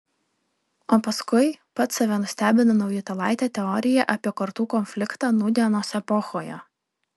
o paskui pats save nustebino naujutėlaite teorija apie kartų konfliktą nūdienos epochoje